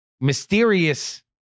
mysterious